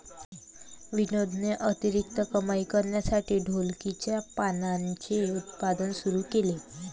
विनोदने अतिरिक्त कमाई करण्यासाठी ढोलकीच्या पानांचे उत्पादन सुरू केले